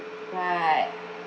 right